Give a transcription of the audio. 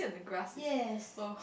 yes